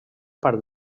part